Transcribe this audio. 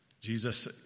Jesus